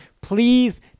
please